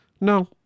No